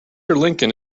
lincoln